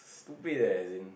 stupid eh as in